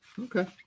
okay